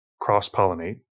cross-pollinate